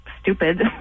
stupid